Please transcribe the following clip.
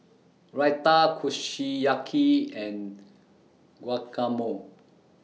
Raita Kushiyaki and Guacamole